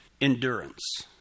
endurance